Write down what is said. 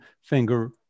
finger